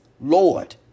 Lord